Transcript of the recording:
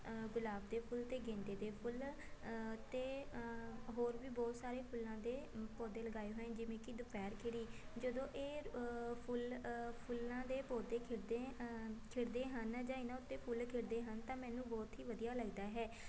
ਗੁਲਾਬ ਦੇ ਫੁੱਲ ਅਤੇ ਗੇਂਦੇ ਦੇ ਫੁੱਲ ਅਤੇ ਹੋਰ ਵੀ ਬਹੁਤ ਸਾਰੇ ਫੁੱਲਾਂ ਦੇ ਪੌਦੇ ਲਗਾਏ ਹੋਏ ਜਿਵੇਂ ਕਿ ਦੁਪਹਿਰ ਖਿੜੀ ਜਦੋਂ ਇਹ ਫੁੱਲ ਫੁੱਲਾਂ ਦੇ ਪੌਦੇ ਖਿੜਦੇ ਖਿੜਦੇ ਹਨ ਜਾਂ ਇਹਨਾਂ ਉੱਤੇ ਫੁੱਲ ਖਿੜਦੇ ਹਨ ਤਾਂ ਮੈਨੂੰ ਬਹੁਤ ਹੀ ਵਧੀਆ ਲੱਗਦਾ ਹੈ